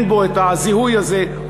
אין בו הזיהוי הזה,